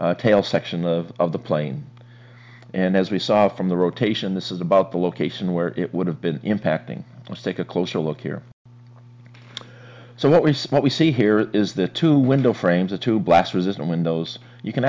r tail section of the plane and as we saw from the rotation this is about the location where it would have been impacting let's take a closer look here so what we smoke we see here is the two window frames of two blast resistant windows you can